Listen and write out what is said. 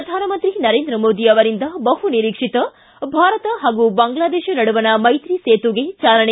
ಪ್ರಧಾನಮಂತ್ರಿ ನರೇಂದ್ರ ಮೋದಿ ಅವರಿಂದ ಬಹುನಿರೀಕ್ಷಿತ ಭಾರತ ಹಾಗೂ ಬಾಂಗ್ಲಾದೇಶ ನಡುವಣ ಮೈತ್ರಿ ಸೇತುಗೆ ಚಾಲನೆ